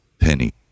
penny